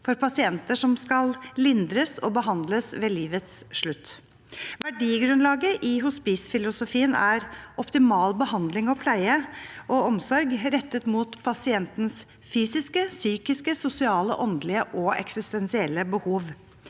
for pasienter som skal behandles og få lindring ved livets slutt. Verdigrunnlaget i hospicefilosofien er optimal behandling, pleie og omsorg rettet mot pasientenes fysiske, psykiske, sosiale, åndelige og eksistensielle behov.